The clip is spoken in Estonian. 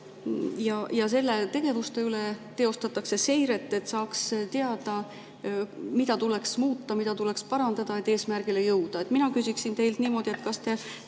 Nende tegevuste üle teostatakse seiret, et saaks teada, mida tuleks muuta, mida tuleks parandada, et eesmärgile jõuda. Mina küsiksin teilt niimoodi: kas